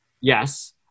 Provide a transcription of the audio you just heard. Yes